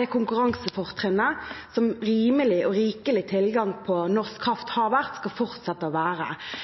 det konkurransefortrinnet som rimelig og rikelig tilgang på norsk kraft har vært, skal